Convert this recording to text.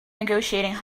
negotiating